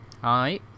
Hi